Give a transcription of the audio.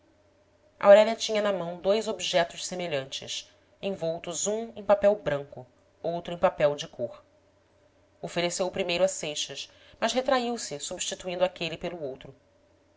melindrosa aurélia tinha na mão dois objetos semelhantes envoltos um em papel branco outro em papel de cor ofereceu o primeiro a seixas mas retraiu se substituindo aquele pelo outro